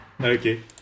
Okay